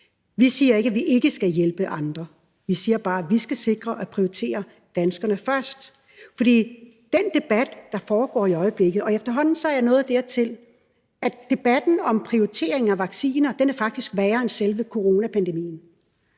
Vi siger ikke, at vi ikke skal hjælpe andre. Vi siger bare, at vi skal sikre at prioritere danskerne først. For der er en debat, der foregår i øjeblikket, og efterhånden er jeg nået dertil, hvor debatten om prioritering af vacciner faktisk er værre end selve coronapandemien,